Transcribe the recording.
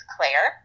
Claire